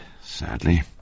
sadly